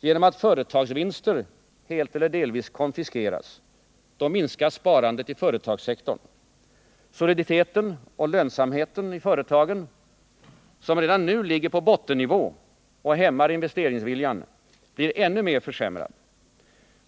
genom att företagsvinster helt eller delvis konfiskeras, då minskar sparandet i företagssektorn. Soliditeten och lönsamheten i företagen, som redan nu ligger på bottennivå och hämmar investeringsviljan, blir ännu mer försämrad.